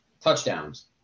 touchdowns